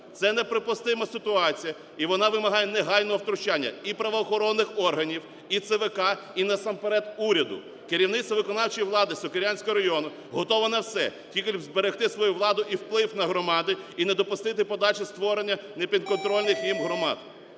Це неприпустима ситуація, і вона вимагає негайного втручання і правоохоронних органів, і ЦВК, і насамперед уряду. Керівництво виконавчої влади Сокирянського району готова на все, тільки б зберегти свою владу і вплив на громади і не допустити подальше створення непідконтрольних їм громад.